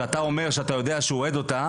שאתה אומר שהוא אוהד אותה,